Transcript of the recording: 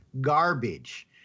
garbage